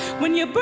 when you but